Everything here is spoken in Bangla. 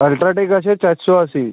আলট্রাটেক আছে চারশো আশি